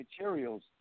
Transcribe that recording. materials